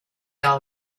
all